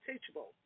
teachable